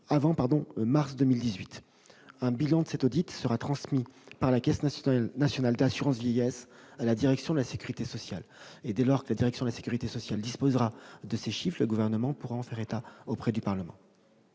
la procédure SANDIA. Un bilan de cet audit sera transmis par la Caisse nationale d'assurance vieillesse à la Direction de la sécurité sociale. Dès lors que la Direction de la sécurité sociale disposera de ces chiffres, le Gouvernement pourra les transmettre au Parlement.